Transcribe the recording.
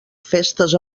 festes